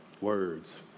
words